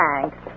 Thanks